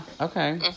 Okay